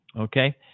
Okay